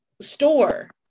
store